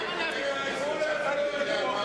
למה להביך את גפני?